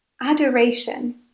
adoration